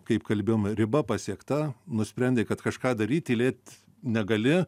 kaip kalbėjom riba pasiekta nusprendei kad kažką daryt tylėt negali